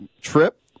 trip